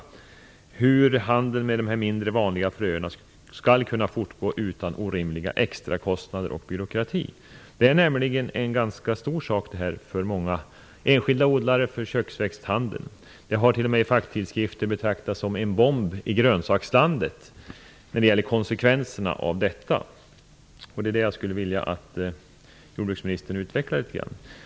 Jag undrade hur handeln med de mindre vanliga fröerna skall kunna fortgå utan orimliga extrakostnader och byråkrati. Det här är en ganska stor fråga för många enskilda odlare och för köksväxthandeln. I facktidskrifter har dessa konsekvenser t.o.m. betraktats som en bomb i grönsakslandet. Detta skulle jag vilja att jordbruksministern utvecklade litet grand.